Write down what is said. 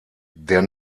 der